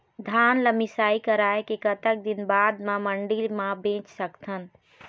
धान ला मिसाई कराए के कतक दिन बाद मा मंडी मा बेच सकथन?